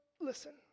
listen